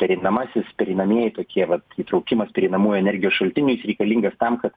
pereinamasis pereinamieji tokie vat įtraukimas pereinamųjų energijos šaltinių jis reikalingas tam kad